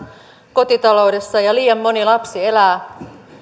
kotitaloudessa ja liian moni lapsi elää